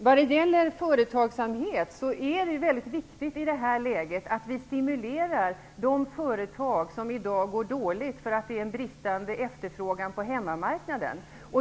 Vad gäller företagsamhet är det väldigt viktigt i det här läget att stimulera de företag som i dag går dåligt beroende på bristande efterfrågan på hemmamarknaden.